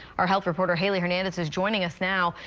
our health reporter haley hernandez is joining us now.